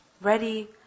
ready